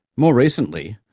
more recently,